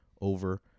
over